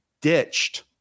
ditched